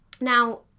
Now